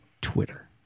Twitter